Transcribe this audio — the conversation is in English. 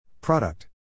Product